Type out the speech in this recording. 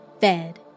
fed